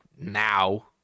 now